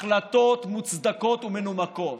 החלטות מוצדקות ומנומקות,